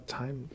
time